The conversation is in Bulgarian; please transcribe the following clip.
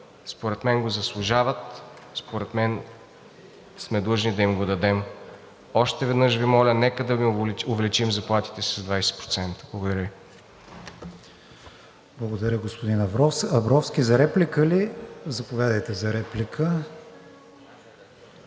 Според мен го заслужават, според мен сме длъжни да им го дадем. Още веднъж Ви моля, нека да им увеличим заплатите с 20%. Благодаря Ви. ПРЕДСЕДАТЕЛ КРИСТИАН ВИГЕНИН: Благодаря, господин Абровски. За реплика ли? Заповядайте за реплика.